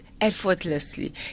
effortlessly